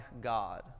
God